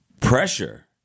pressure